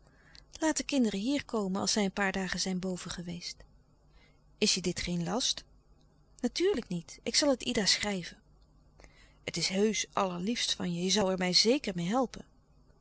laat de kinderen hier komen als zij een paar dagen zijn boven geweest is je dit geen last natuurlijk niet ik zal het ida schrijven het is heusch allerliefst van je je zoû er mij zeker meê helpen